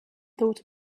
thought